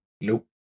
Nope